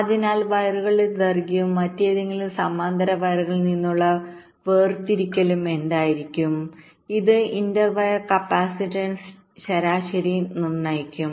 അതിനാൽ വയറുകളുടെ ദൈർഘ്യവും മറ്റേതെങ്കിലും സമാന്തര വയറിൽ നിന്നുള്ള വേർതിരിക്കലും എന്തായിരിക്കും അത് ഇന്റർ വയർ കപ്പാസിറ്റൻസ്ശരിയായി നിർണ്ണയിക്കും